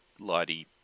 lighty